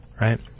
right